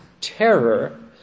terror